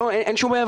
אין שום בעיה.